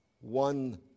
one